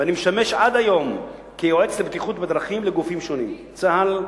ואני משמש עד היום יועץ לבטיחות בדרכים לגופים שונים: צה"ל,